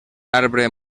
arbre